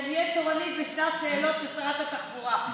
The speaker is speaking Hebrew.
שאני אהיה תורנית בשעת שאלות לשרת התחבורה.